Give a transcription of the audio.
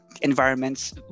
environments